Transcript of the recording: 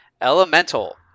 Elemental